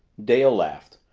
dale laughed.